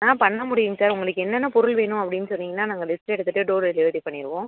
ஆ பண்ண முடியும் சார் உங்களுக்கு என்னென்ன பொருள் வேணும் அப்படின்னு சொன்னீங்கன்னா நாங்கள் லிஸ்ட் எடுத்துட்டு டோர் டெலிவரி பண்ணிடுவோம்